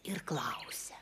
ir klausia